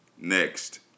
Next